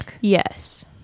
Yes